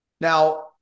Now